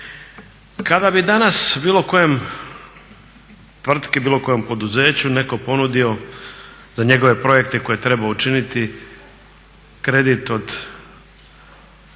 Kada bi danas bilo kojoj tvrtki, bilo kojem poduzeću netko ponudio za njegove projekte koje je trebao učiniti kredit od